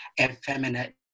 effeminate